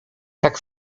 tak